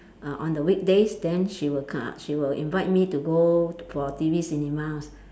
uh on the weekdays then she will come she will invite me to go for T_V cinemas